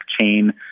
chain